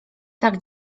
tak